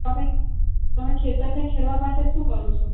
તમે તમે ખેતર ને ખેડવા માટે શું કરો છો